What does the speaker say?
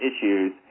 issues